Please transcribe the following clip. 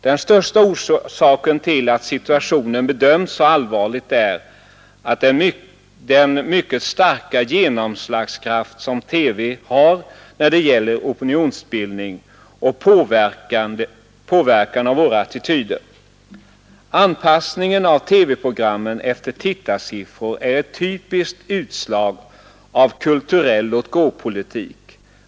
Den främsta orsaken till att situationen bedöms så allvarligt är den mycket starka genomslagskraft som TV har när det gäller opinionsbildning och påverkan av våra attityder. Anpassningen av TV-programmen efter tittarsiffror är ett typiskt utslag av kulturell låt-gå-politik.